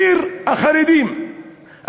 עיר החרדים.